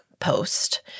post